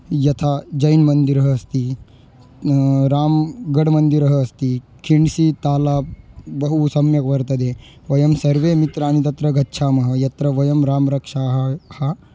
यथा जैनमन्दिरम् अस्ति रामगड्मन्दिरम् अस्ति खिण्ड्सीतालाब् बहु सम्यक् वर्तते वयं सर्वे मित्राणि तत्र गच्छामः यत्र वयं रामरक्षां ह